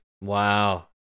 Wow